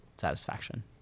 satisfaction